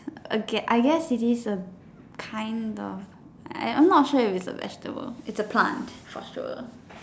A get I guess it is a kind of I'm not sure if it's a vegetable it's a plant for sure